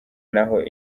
naho